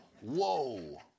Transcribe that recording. Whoa